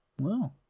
Wow